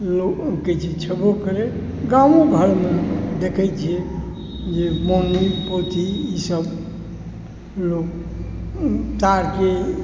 लोकके जे छै छेबो करै गामो घरमे देखै छिए जे मौनी पौती ईसब लोक तारके